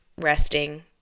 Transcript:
resting